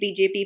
BJP